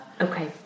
Okay